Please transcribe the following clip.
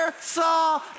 saw